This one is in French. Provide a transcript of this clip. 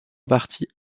partie